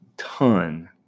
ton